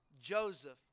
Joseph